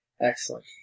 Excellent